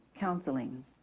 counseling